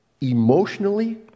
emotionally